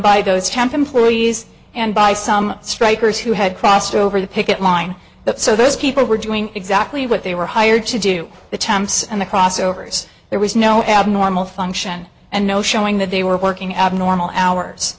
by those temp employees and by some strikers who had crossed over the picket line that so those people were doing exactly what they were hired to do the temps and the cross overs there was no abnormal function and no showing that they were working abnormal hours